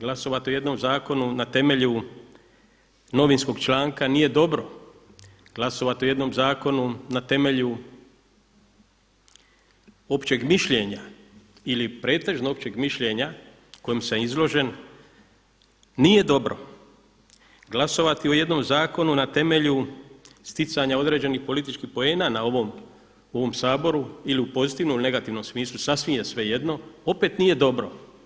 Glasovati o jednom zakonu na temelju novinskog članka nije dobro, glasovati o jednom zakonu na temelju općeg mišljenja ili pretežno općeg mišljenja kojem sam izložen nije dobro, glasovati o jednom zakonu na temelju sticanja određenih političkih poena u ovom Saboru ili u pozitivnom ili negativnom smislu sasvim je svejedno, opet nije dobro.